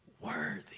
Worthy